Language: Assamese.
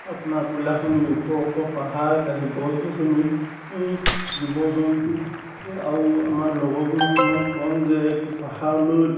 আপোনাৰ কয়লাখনি ওখ ওখ পাহাৰ তাৰপিছত গছ গছনি জীৱ জন্তু আৰু আমাৰ লগৰবোৰক মই কওঁ যে পাহাৰলৈ